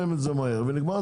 וגם על